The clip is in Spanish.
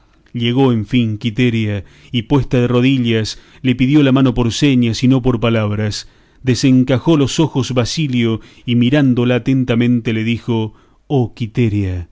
llegó en fin quiteria y puesta de rodillas le pidió la mano por señas y no por palabras desencajó los ojos basilio y mirándola atentamente le dijo oh quiteria